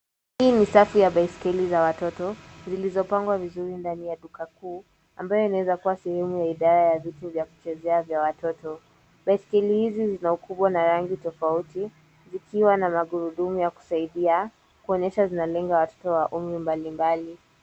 Hii ni safu za biskeli za watoto zilizo pangwa vizuri ndani ya duka kuu, ambaye inaweza kuwa sehemu ya idhara ya vitu vya kuchezea vya watoto. Biskeli hizi zina ukubwa na rangi tafauti, zikiwa na magurudumu ya kusaidia, kuonyesha zinalenga watoto wa umri mbali mbali.